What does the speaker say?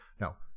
Now